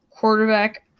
quarterback